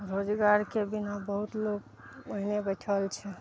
रोजगारके बिना बहुत लोक ओहिने बैठल छै